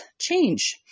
change